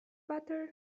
butter